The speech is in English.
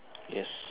yes